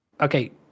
Okay